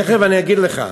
תכף אני אגיד לך.